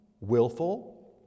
willful